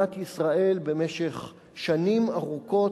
אני מציע להיזהר מבחינת הענקת הערך הדומה,